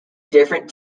different